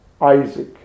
Isaac